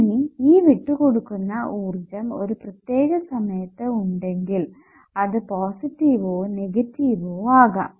ഇനി ഈ വിട്ടുകൊടുക്കുന്ന ഊർജ്ജം ഒരു പ്രത്യേക സമയത്തു ഉണ്ടെങ്കിൽ അത് പോസിറ്റീവോ നെഗറ്റീവോ ആകാം